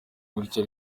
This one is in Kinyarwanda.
gutyo